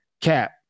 cap